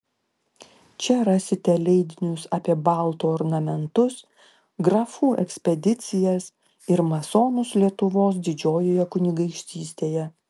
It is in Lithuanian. čia rasite leidinius apie baltų ornamentus grafų ekspedicijas ir masonus lietuvos didžiojoje kunigaikštystėje